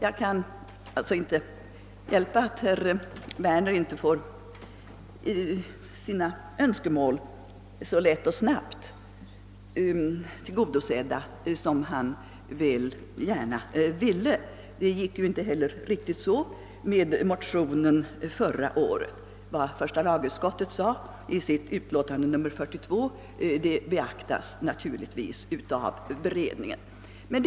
Jag kan alltså inte hjälpa att herr Werner inte får sina önskemål så lätt och snabbt tillgodosedda som han gärna vill. Det gick inte heller så med motionen förra året. Vad första lagutskottet skrev i sitt utlåtande nr 42 beaktas naturligtvis av beredningen.